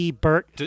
Bert